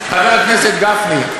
חבר הכנסת גפני.